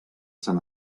sant